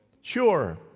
Sure